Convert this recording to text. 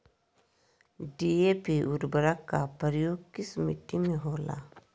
DAP उर्वरक का प्रयोग किस मिट्टी में होला?